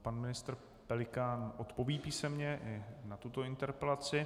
Pan ministr Pelikán odpoví písemně i na tuto interpelaci.